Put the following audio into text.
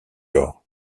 lors